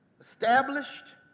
established